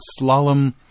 slalom